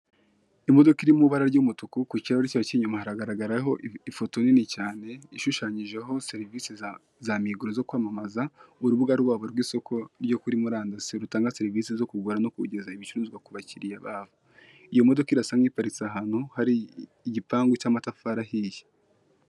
Imodoka iri mu ibara ry'umutuku, ku kirahuri cyayo k'inyuma haragaragara ho ifoto nini cyane, ishuhanyije ho serivisi za za migoro zo kwamamaza, urubuga rwabo rw'isoko ryo kuri murandasi, rutanga servise zo kugura no kugeza ibicuruzwa ku bakiriya babo, iyo modoka irasa nk'iparitse ahantu hari igipangu cy'amatafari ahiye.